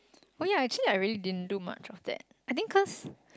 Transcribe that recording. oh ya actually I really didn't do much of that I think cause